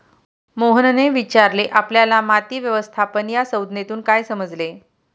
मोहनने विचारले आपल्याला माती व्यवस्थापन या संज्ञेतून काय समजले?